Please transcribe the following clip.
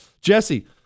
Jesse